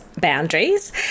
boundaries